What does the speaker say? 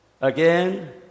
Again